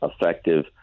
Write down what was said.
effective